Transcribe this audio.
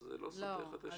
אז זה לא סותר זה את זה?